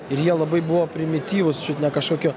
ir jie labai buvo primityvūs čiut ne kažkokio